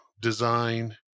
design